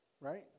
right